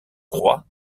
croient